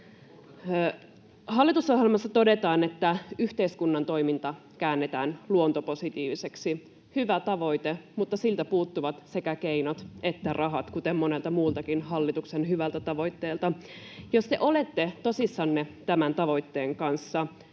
Hallitusohjelmassa todetaan, että yhteiskunnan toiminta käännetään luontopositiiviseksi — hyvä tavoite, mutta siltä puuttuvat sekä keinot että rahat, kuten monelta muultakin hallituksen hyvältä tavoitteelta. Jos te olette tosissanne tämän tavoitteen kanssa,